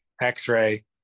x-ray